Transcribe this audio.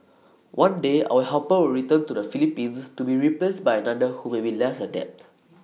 one day our helper will return to the Philippines to be replaced by another who may be less adept